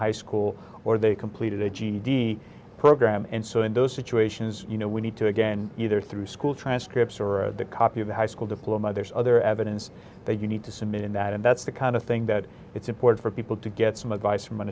high school or they completed a ged program and so in those situations you know we need to again either through school transcripts or a copy of the high school diploma there's other evidence that you need to submit in that and that's the kind of thing that it's important for people to get some advice from an